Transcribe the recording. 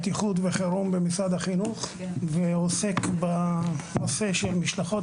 בטיחות וחירום במשרד החינוך ועוסק בנושא של משלחות